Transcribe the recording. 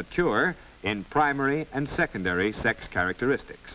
mature and primary and secondary sex characteristics